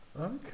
Okay